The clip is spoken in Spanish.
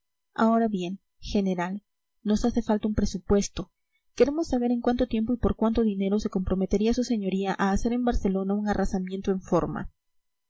ahora bien general nos hace falta un presupuesto queremos saber en cuánto tiempo y por cuánto dinero se comprometería su señoría a hacer en barcelona un arrasamiento en forma